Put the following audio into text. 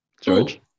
George